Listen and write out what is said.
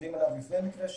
עובדים עליו לפני מקרה שירביט,